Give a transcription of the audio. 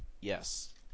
Yes